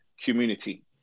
community